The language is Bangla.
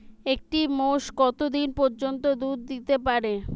একটি মোষ কত দিন পর্যন্ত দুধ দিতে পারে?